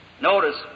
Notice